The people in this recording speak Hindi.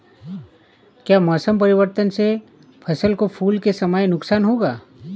क्या मौसम परिवर्तन से फसल को फूल के समय नुकसान होगा?